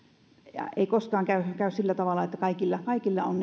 ei koskaan käy sillä tavalla että kaikilla on